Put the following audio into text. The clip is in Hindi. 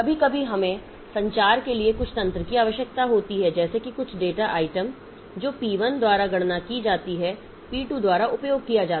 कभी कभी हमें संचार के लिए कुछ तंत्र की आवश्यकता होती है जैसे कि कुछ डेटा आइटम जो पी 1 द्वारा गणना की जाती है पी 2 द्वारा उपयोग किया जाता है